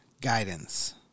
guidance